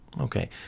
Okay